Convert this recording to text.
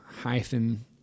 hyphen